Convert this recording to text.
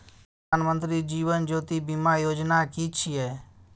प्रधानमंत्री जीवन ज्योति बीमा योजना कि छिए?